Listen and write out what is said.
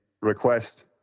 request